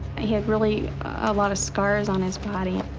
he had really a lot of scars on his body.